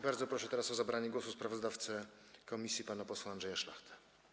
Bardzo proszę o zabranie głosu sprawozdawcę komisji pana posła Andrzeja Szlachtę.